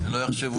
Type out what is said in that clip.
שלא יחשבו --- כן.